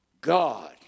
God